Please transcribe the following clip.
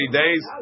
days